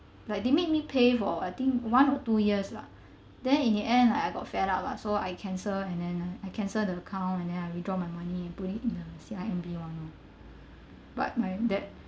like they made me pay for I think one or two years lah then in the end I I got fed up lah so I cancelled and then I I cancelled the account and then I withdrew my money and put it in the C_I_M_B one lor but my that